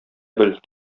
бел